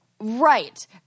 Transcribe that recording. Right